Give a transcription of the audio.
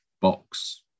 box